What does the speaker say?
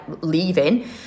leaving